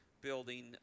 building